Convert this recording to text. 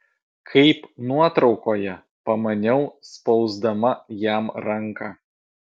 kaip nuotraukoje pamaniau spausdama jam ranką